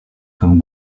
comme